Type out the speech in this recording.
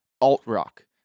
alt-rock